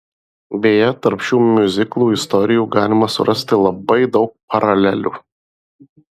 beje tarp šių miuziklų istorijų galima surasti labai daug paralelių